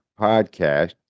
podcast